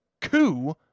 coup